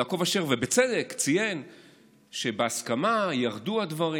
יעקב אשר ציין פה ובצדק שבהסכמה ירדו הדברים,